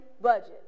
budget